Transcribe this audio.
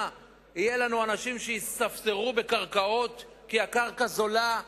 יהיו לנו אנשים שיספסרו בקרקעות כי הקרקע זולה,